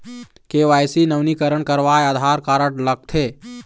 KYC नवीनीकरण करवाये Aadhaar card लगथे?